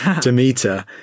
Demeter